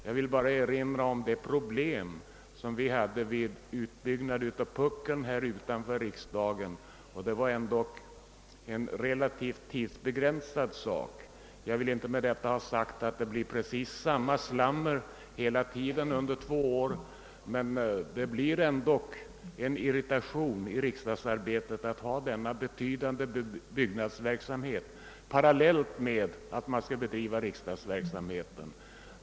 Jag vill bara erinra om de problem som vi hade här vid utbyggnaden av puckeln utanför riksdagshuset, trots att denna anläggning ändå var relativt tidsbegränsad. Jag vill med detta naturligtvis inte ha sagt, att det blir precis samma intensiva slammer under de båda åren, men det är synnerligen irriterande att ha denna betydande byggnadsverksamhet så nära inpå sig samtidigt som man skall bedriva riksdagsarbetet.